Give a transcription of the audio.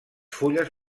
fulles